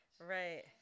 Right